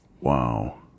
Wow